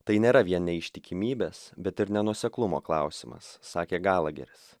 tai nėra vien neištikimybės bet ir nenuoseklumo klausimas sakė galaheris